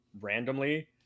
randomly